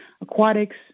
aquatics